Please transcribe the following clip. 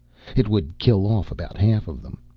it would kill off about half of them.